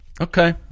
Okay